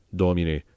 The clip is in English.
domine